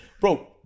Bro